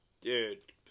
Dude